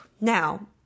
Now